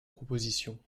proposition